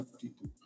people